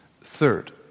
Third